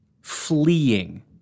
fleeing